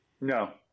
No